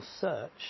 search